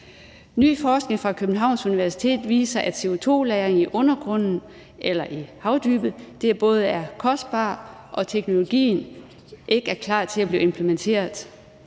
Ny forskning fra Københavns Universitet viser, at CO2-lagring i undergrunden eller i havdybet både er kostbart, og at teknologien ikke er klar til at blive implementeret.